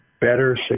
better